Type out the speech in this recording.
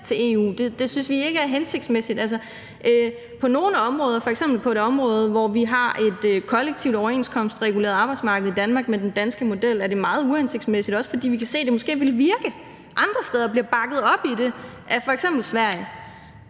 til EU. Det synes vi ikke er hensigtsmæssigt. På nogle områder, f.eks. på et område, hvor vi har et kollektivt overenskomstreguleret arbejdsmarked i Danmark med den danske model, er det meget uhensigtsmæssigt, også fordi vi kan se, at det måske ville virke andre steder, og bliver bakket op i det af f.eks. Sverige.